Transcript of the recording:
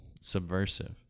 subversive